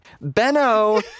Benno